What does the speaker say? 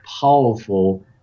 powerful